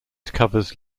covers